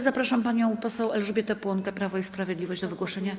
Zapraszam panią poseł Elżbietę Płonkę, Prawo i Sprawiedliwość, do wygłoszenia.